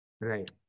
Right